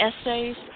essays